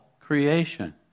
creation